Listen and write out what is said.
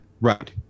right